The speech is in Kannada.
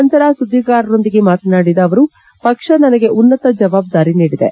ನಂತರ ಸುದ್ವಿಗಾರರೊಂದಿಗೆ ಮಾತನಾಡಿದ ಪಕ್ಷ ನನಗೆ ಉನ್ನತ ಜವಾಬ್ದಾರಿ ನೀಡಿದೆ